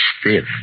stiff